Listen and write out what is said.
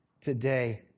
today